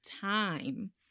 time